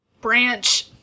branch